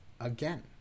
again